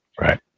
Right